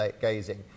gazing